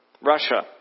Russia